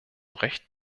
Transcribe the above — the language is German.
recht